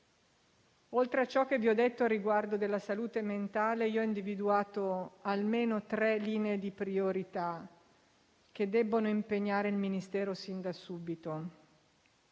Oltre a ciò che vi ho detto al riguardo della salute mentale, ho individuato almeno tre linee di priorità che debbono impegnare il Ministero sin da subito: